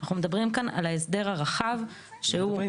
תודה רבה